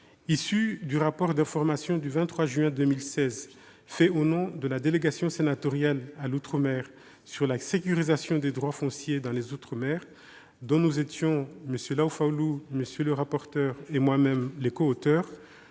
Issus du rapport d'information du 23 juin 2016, fait au nom de la délégation sénatoriale aux outre-mer, sur la sécurisation des droits fonciers dans les outre-mer, dont nous étions, M. Laufoaulu, M. le rapporteur et moi-même, les coauteurs,